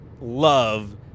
love